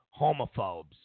homophobes